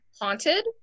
haunted